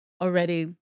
already